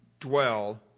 dwell